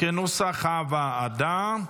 כנוסח הוועדה.